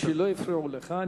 אומנם לא הפריעו לך,